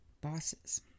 bosses